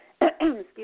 Excuse